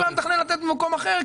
גם אם התכוון לתת במקום אחר,